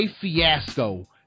Fiasco